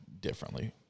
differently